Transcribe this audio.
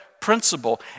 principle